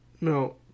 No